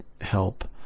help